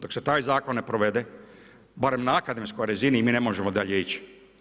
Dok se taj zakon ne provede, barem na akademskoj razini, mi ne možemo dalje ići.